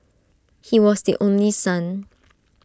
he was the only son